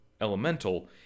Elemental